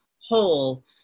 whole